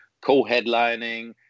co-headlining